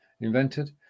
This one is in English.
Invented